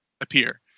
appear